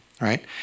right